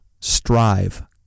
strive